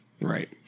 Right